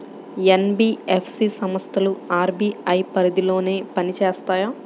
NBFC సంస్థలు RBI పరిధిలోనే పని చేస్తాయా?